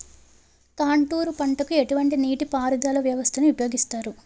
Contour పంటకు ఎటువంటి నీటిపారుదల వ్యవస్థను ఉపయోగిస్తారు?